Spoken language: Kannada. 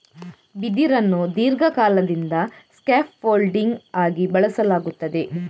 ಬಿದಿರನ್ನು ದೀರ್ಘಕಾಲದಿಂದ ಸ್ಕ್ಯಾಪ್ ಫೋಲ್ಡಿಂಗ್ ಆಗಿ ಬಳಸಲಾಗುತ್ತದೆ